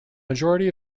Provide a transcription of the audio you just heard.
majority